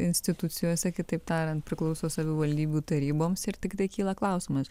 institucijose kitaip tariant priklauso savivaldybių taryboms ir tiktai kyla klausimas